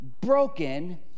broken